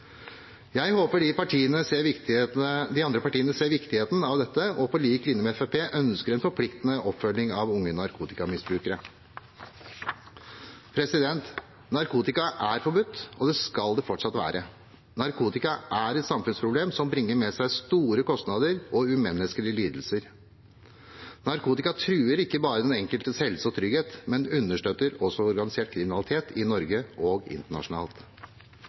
de andre partiene ser viktigheten av dette og på lik linje med Fremskrittspartiet ønsker en forpliktende oppfølging av unge narkotikamisbrukere. Narkotika er forbudt, og det skal det fortsatt være. Narkotika er et samfunnsproblem som bringer med seg store kostnader og umenneskelige lidelser. Narkotika truer ikke bare den enkeltes helse og trygghet, men understøtter også organisert kriminalitet i Norge og internasjonalt.